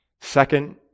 Second